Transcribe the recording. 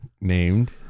named